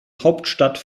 hauptstadt